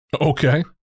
Okay